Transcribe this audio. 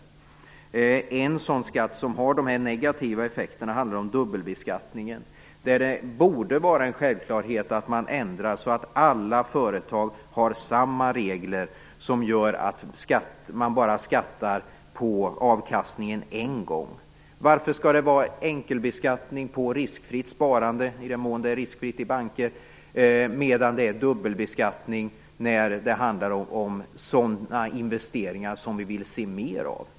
Exempelvis dubbelbeskattningen har sådana negativa effekter. Det borde vara en självklarhet att ändra så att alla företag har samma regler och man bara betalar skatt på avkastningen en gång. medan det är fråga om dubbelbeskattning för sådana investeringar som vi vill se mer av?